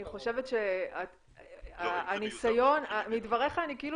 אני חושבת שהניסיון מדבריך אני כאילו